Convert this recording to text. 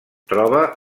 troba